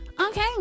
okay